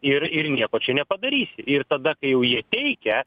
ir ir nieko čia nepadarysi ir tada kai jau jie teikia